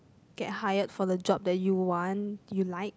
get hired for the job that you want you like